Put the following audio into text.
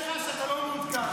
אתה לא מעודכן.